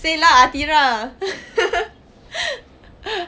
say lah athirah